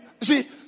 see